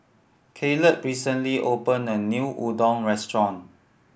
Kaleb recently opened a new Udon restaurant